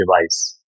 device